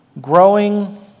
growing